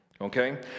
Okay